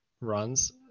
runs